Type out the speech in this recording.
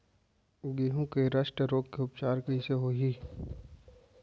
गेहूँ के रस्ट रोग के उपचार कइसे होही?